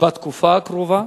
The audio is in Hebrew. בתקופה הקרובה